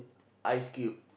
ice cube